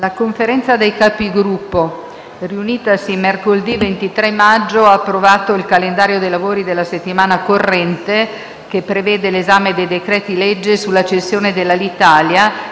La Conferenza dei Capigruppo, riunitasi mercoledì 23 maggio, ha approvato il calendario dei lavori della settimana corrente, che prevede l'esame dei decreti-legge sulla cessione dell'Alitalia